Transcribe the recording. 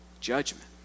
judgment